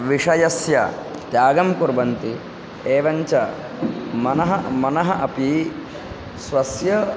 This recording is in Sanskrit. विषयस्य त्यागं कुर्वन्ति एवञ्च मनः मनः अपि स्वस्य